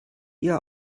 ihr